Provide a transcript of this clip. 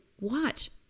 watch